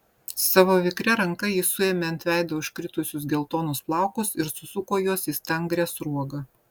savo vikria ranka ji suėmė ant veido užkritusius geltonus plaukus ir susuko juos į stangrią sruogą